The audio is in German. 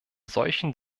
solchen